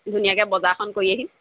ধুনীয়াকৈ বজাৰখন কৰি আহিম